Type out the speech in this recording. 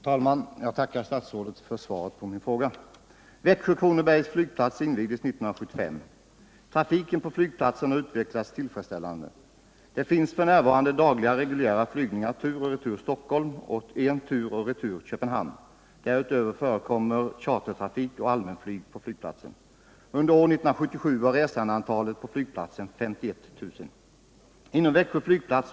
Herr talman! Jag tackar statsrådet för svaret på min fråga. Växjö/Kronobergs flygplats invigdes 1975. Trafiken på flygplatsen har utvecklats tillfredsställande. Det finns f. n. två dagliga reguljära flygningar tur och retur Stockholm och en flygning tur och retur Köpenhamn. Därutöver förekommer chartertrafik och allmänflyg på flygplatsen. Under år 1977 var resandeantalet på flygplatsen 51 000.